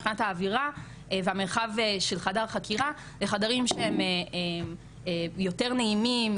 מבחינת האווירה והמרחב של חדר חקירה לחדרים שהם יותר נעימים,